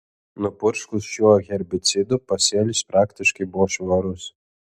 nupurškus šiuo herbicidu pasėlis praktiškai buvo švarus